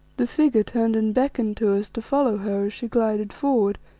the figure turned and beckoned to us to follow her as she glided forward,